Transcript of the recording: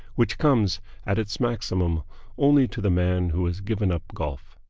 which comes at its maximum only to the man who has given up golf.